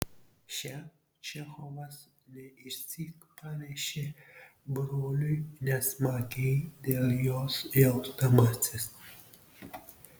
šią čechovas ne išsyk pranešė broliui nesmagiai dėl jos jausdamasis